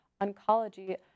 oncology